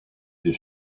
des